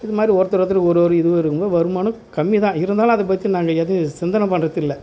இது மாதிரி ஒருத்தர் ஒருத்தருக்கு ஒரு ஒரு இது வருங்க வருமானம் கம்மி தான் இருந்தாலும் அதை பற்றி நாங்கள் எதுவும் சிந்தனை பண்ணுறதில்ல